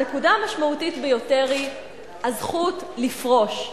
הנקודה המשמעותית ביותר היא הזכות לפרוש.